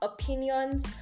opinions